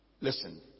listen